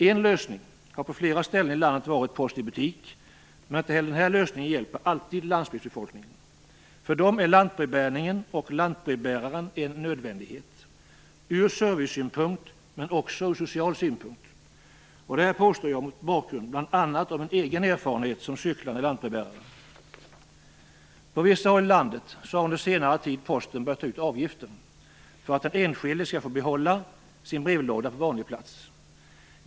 En lösning har på flera ställen i landet varit "post i butik", men inte heller denna lösning hjälper alltid landsbygdsbefolkningen. För dem är lantbrevbäringen och lantbrevbäraren en nödvändighet ur servicesynpunkt, men också ur social synpunkt. Jag påstår detta mot bakgrund bl.a. av min egen erfarenhet som cyklande lantbrevbärare. På vissa håll i landet har under senare tid Posten börjat ta ut avgifter för att den enskilde skall få behålla sin brevlåda på vanlig plats.